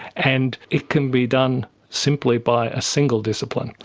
and it can be done simply by a single discipline.